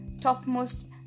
topmost